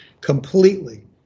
completely